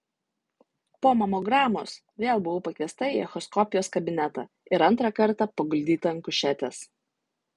po mamogramos vėl buvau pakviesta į echoskopijos kabinetą ir antrą kartą paguldyta ant kušetės